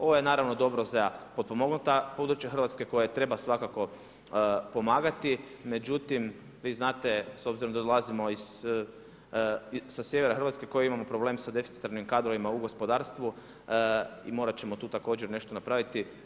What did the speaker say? Ovo je naravno dobro za potpomognuta područja Hrvatske koje treba svakako pomagati, međutim vi znate s obzirom da dolazimo sa sjevera Hrvatske koji imamo problem sa deficitarnim kadrovima u gospodarstvu i morat ćemo tu također nešto napraviti.